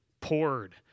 poured